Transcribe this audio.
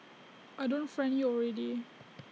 I don't friend you already